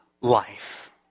life